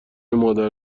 مادر